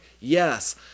Yes